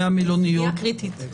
מהמלוניות,